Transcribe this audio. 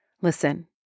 Listen